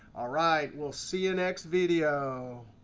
ah right, we'll see you next video.